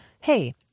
hey